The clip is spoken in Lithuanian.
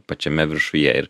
pačiame viršuje ir